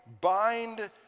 Bind